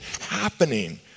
happening